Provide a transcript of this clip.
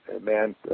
man